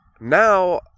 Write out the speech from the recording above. now